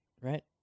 right